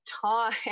time